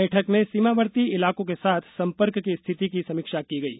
बैठक में सीमावर्ती इलाकों के साथ संपर्क की स्थिति की समीक्षा की गयी